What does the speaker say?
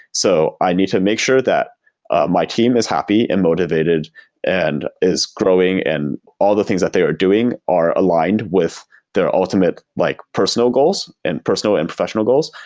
so i need to make sure that my team is happy and motivated and is growing and all the things that they are doing are aligned with their ultimate like personal goals and personal and professional goals.